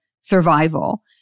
survival